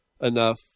enough